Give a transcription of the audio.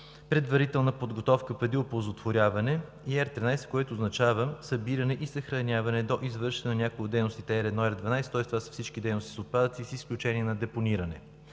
предварителна подготовка, преди оползотворяване, и R13, което означава събиране и съхраняване до извършване на някои от операциите R1 – R12, тоест това са всички дейности с отпадъци, с изключение на депониране,